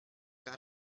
got